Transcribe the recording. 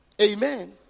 Amen